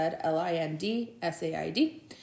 L-I-N-D-S-A-I-D